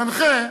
המנחה,